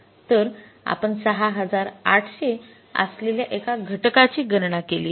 तर आपण ६८०० असलेल्या एका घटकाची गणना केली आहे